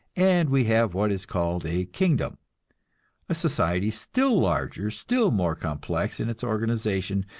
and we have what is called a kingdom a society still larger, still more complex in its organization,